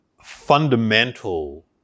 fundamental